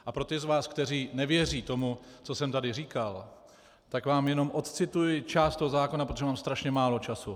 A pro ty z vás, kteří nevěří tomu, co jsem tady říkal, tak vám jenom odcituji část toho zákona, protože mám strašně málo času.